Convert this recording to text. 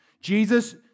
Jesus